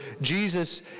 Jesus